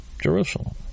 Jerusalem